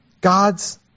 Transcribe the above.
God's